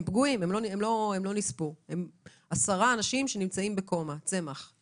אם באירוע יש עשרה אנשים בקומה אני